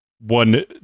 one